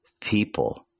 people